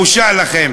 בושה לכם.